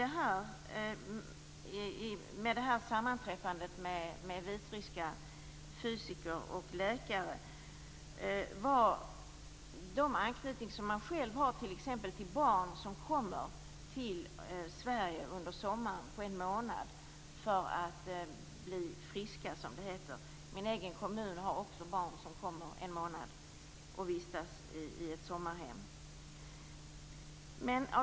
Det intressanta i sammanträffandet med vitryska fysiker och läkare var den anknytning man själv har till barn som kommer till Sverige en månad under sommaren för att "bli friska". Min hemkommun tar också emot barn för att vistas i sommarhem under en månad.